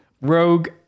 rogue